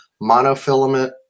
monofilament